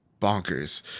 bonkers